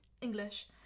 English